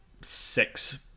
six